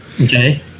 Okay